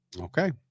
Okay